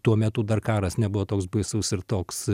tuo metu dar karas nebuvo toks baisus ir toks